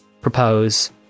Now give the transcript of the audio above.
propose